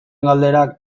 galderak